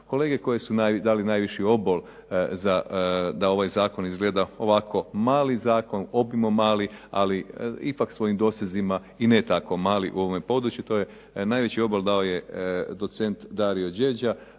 Kolege koje su dale najviši obol da ovaj zakon izgleda ovako malo, obimom mali ali ipak svojim dosezima i ne tako mali u ovome području. Najveći obol da je docent Dario Đeđa